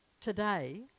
Today